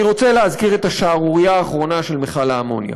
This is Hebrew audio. אני רוצה להזכיר את השערורייה האחרונה של מכל האמוניה.